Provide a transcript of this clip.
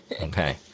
Okay